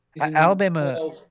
Alabama